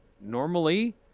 normally